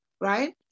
right